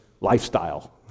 lifestyle